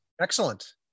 Excellent